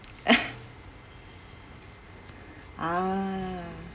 ah